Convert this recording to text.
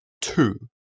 Two